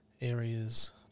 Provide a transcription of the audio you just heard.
areas